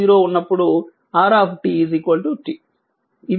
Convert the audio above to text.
ఇది సమీకరణం 39